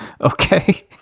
Okay